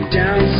down